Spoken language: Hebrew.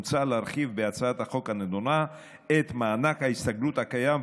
מוצע בהצעת החוק הנדונה להרחיב את מענק ההסתגלות הקיים,